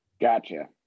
Gotcha